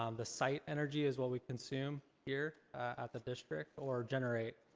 um the site energy is what we consume here at the district, or generate,